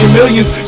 millions